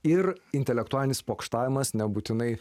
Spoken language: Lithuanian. ir intelektualinis pokštavimas nebūtinai